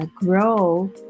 grow